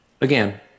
again